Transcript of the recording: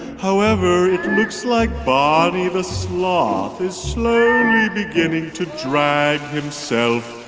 however, it looks like barney the sloth is slowly beginning to drag himself